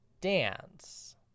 dance